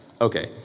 Okay